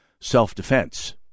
self-defense